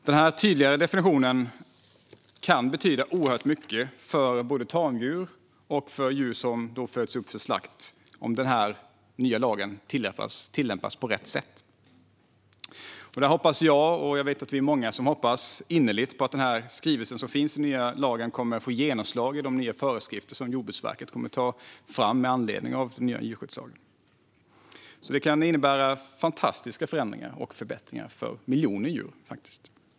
Denna tydligare definition kan betyda oerhört mycket för både tamdjur och djur som föds upp för slakt om lagen tillämpas på rätt sätt. Jag hoppas innerligt, och jag vet att vi är många som gör det, att denna skrivelse får genomslag i de nya föreskrifter som Jordbruksverket kommer att ta fram med anledning av den nya djurskyddslagen. Det kan innebära fantastiska förändringar och förbättringar för miljoner djur.